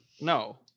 No